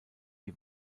die